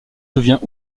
devient